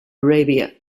arabia